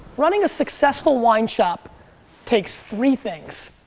running a successful wine shop takes three things